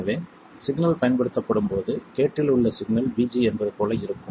எனவே சிக்னல் பயன்படுத்தப்படும் போது கேட்டில் உள்ள சிக்னல் VG என்பது போல இருக்கும்